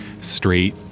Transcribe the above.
straight